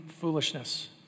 foolishness